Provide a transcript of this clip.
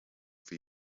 for